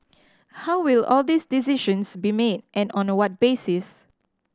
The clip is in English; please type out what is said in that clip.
how will all these decisions be made and on the what basis